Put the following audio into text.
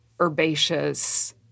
Herbaceous